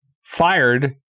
fired